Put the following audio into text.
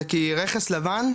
זה כי רכס לבן,